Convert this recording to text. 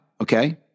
Okay